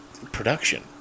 Production